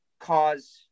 cause